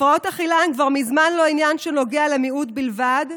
הפרעות אכילה הן כבר מזמן לא עניין שנוגע למיעוט בלבד,